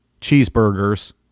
cheeseburgers